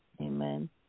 Amen